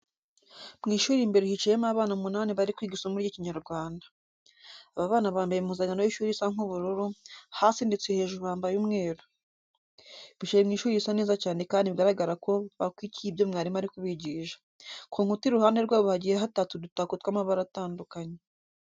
Mu ishuri mo imbere hicayemo abana umunani bari kwiga isomo ry'Ikinyarwanda. Aba bana bambaye impuzankano y'ishuri isa nk'ubururu hasi ndetse hejuru bambaye umweru. Bicaye mu ishuri risa neza cyane kandi biragaragara ko bakurikiye ibyo mwarimu ari kubigisha. Ku nkuta iruhande rwabo hagiye hatatse udutako tw'amabara atandukanye.